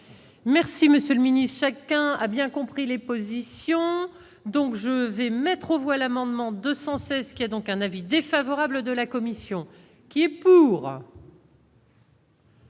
Merci, Monsieur le Ministre, chacun a bien compris les positions, donc je vais mettre au voile amendement 200 c'est ce qui a donc un avis défavorable de la commission qui est pour.